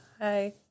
hi